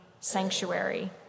sanctuary